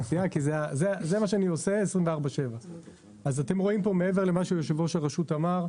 זה מה שאני עושה 24/7. אז אתם רואים פה מעבר למה שיושב-ראש הרשות אמר,